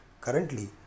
currently